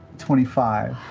twenty five.